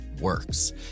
works